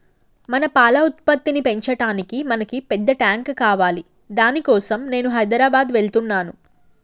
మన పాల ఉత్పత్తిని పెంచటానికి మనకి పెద్ద టాంక్ కావాలి దాని కోసం నేను హైదరాబాద్ వెళ్తున్నాను